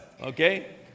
Okay